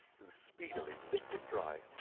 who speedily licked it dry.